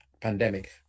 pandemic